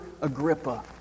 Agrippa